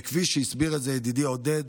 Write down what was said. וכפי שהסביר את זה ידידי עודד,